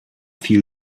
viel